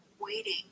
waiting